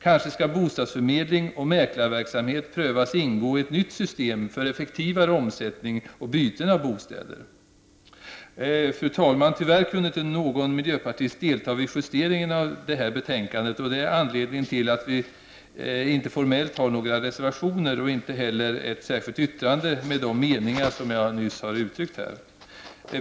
Kanske skall bostadsförmedling och mäklarverksamhet prövas ingå i ett nytt system för effektivare omsättning och byten av bostäder. Fru talman! Tyvärr kunde inte någon miljöpartist delta vid justeringen av detta betänkande, och det är anledningen till att vi inte formellt har några reservationer och inte heller något särskilt yttrande, där vi kunnat framföra de meningar som jag här gett uttryck för.